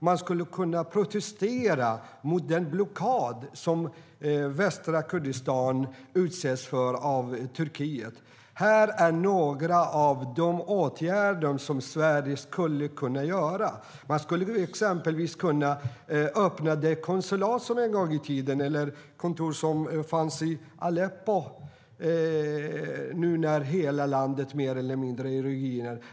Man skulle kunna protestera mot den blockad som västra Kurdistan utsätts för av Turkiet. Sverige skulle kunna öppna det konsulat eller kontor som en gång i tiden fanns i Aleppo, nu när hela landet mer eller mindre är i ruiner.